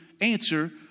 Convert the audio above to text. answer